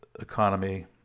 economy